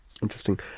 Interesting